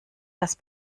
das